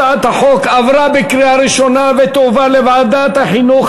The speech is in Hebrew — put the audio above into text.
הצעת החוק עברה בקריאה ראשונה ותועבר לוועדת החינוך,